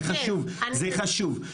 זה חשוב.